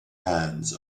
hands